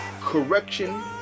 correction